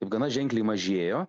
gana ženkliai mažėjo